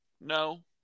No